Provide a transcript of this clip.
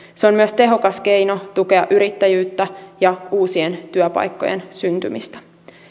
se on myös tehokas keino tukea yrittäjyyttä ja uusien työpaikkojen syntymistä